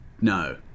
No